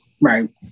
Right